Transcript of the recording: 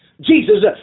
Jesus